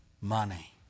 money